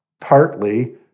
partly